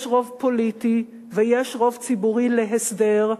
יש רוב פוליטי ויש רוב ציבורי להסדר,